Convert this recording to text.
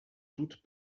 toutes